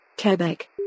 Quebec